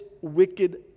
wicked